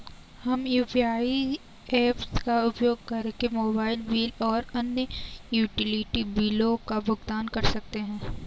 हम UPI apps का उपयोग करके मोबाइल बिल और अन्य यूटिलिटी बिलों का भुगतान कर सकते हैं